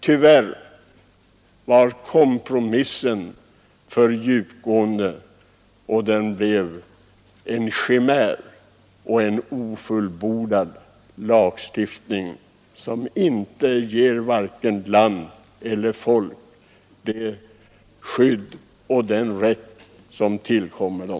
Tyvärr var kompromissen för djupgående, den blev en chimär — en ofullbordad lagstiftning som varken ger land eller folk det skydd och den rätt som tillkommit dem.